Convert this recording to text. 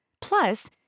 Plus